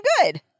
good